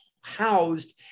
housed